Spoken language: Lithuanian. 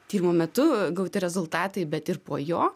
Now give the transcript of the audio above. tyrimo metu gauti rezultatai bet ir po jo